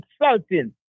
insulting